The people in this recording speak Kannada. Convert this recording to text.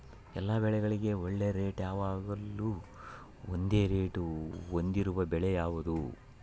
ಎಲ್ಲ ಬೆಳೆಗಳಿಗೆ ಒಳ್ಳೆ ರೇಟ್ ಯಾವಾಗ್ಲೂ ಒಂದೇ ರೇಟ್ ಹೊಂದಿರುವ ಬೆಳೆ ಯಾವುದು?